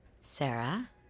Sarah